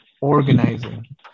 organizing